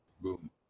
Boom